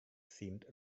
seemed